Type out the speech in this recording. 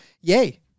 yay